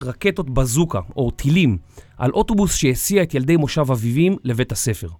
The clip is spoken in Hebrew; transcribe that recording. רקטות בזוקה או טילים על אוטובוס שהסיע את ילדי מושב אביבים לבית הספר.